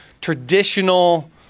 traditional